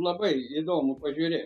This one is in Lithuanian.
labai įdomu pažiūrėt